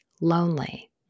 lonely